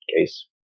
case